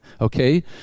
okay